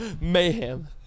Mayhem